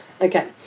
Okay